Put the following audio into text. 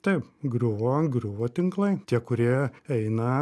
taip griuvi griuvo tinklai tie kurie eina